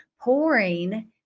pouring